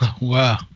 Wow